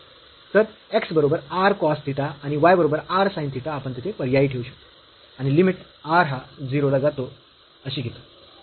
तर x बरोबर r cos theta आणि y बरोबर r sin थिटा आपण तिथे पर्यायी ठेवू शकतो आणि लिमिट r हा 0 ला जातो अशी घेतो